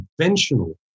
conventional